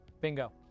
bingo